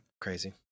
crazy